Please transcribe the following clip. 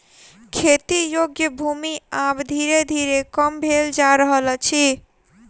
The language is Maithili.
खेती योग्य भूमि आब धीरे धीरे कम भेल जा रहल अछि